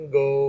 go